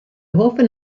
hoffen